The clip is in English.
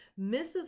Mrs